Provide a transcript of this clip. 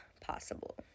possible